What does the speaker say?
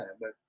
but-